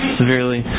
severely